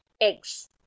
eggs